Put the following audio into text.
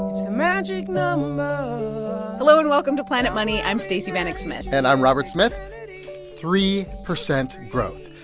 it's the magic number hello, and welcome to planet money. i'm stacey vanek smith and i'm robert smith. three percent growth.